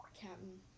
captain